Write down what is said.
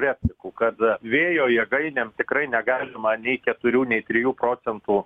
replikų kad vėjo jėgainėm tikrai negalima nei keturių nei trijų procentų